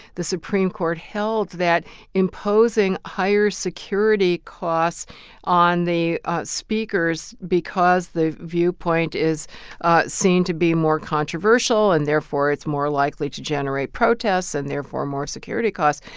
the supreme court held that imposing higher security costs on the speakers because the viewpoint is seen to be more controversial and therefore it's more likely to generate protests and therefore more security costs,